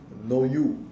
no you